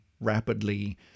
rapidly